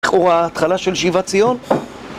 לכאורה, התחלה של שיבת ציון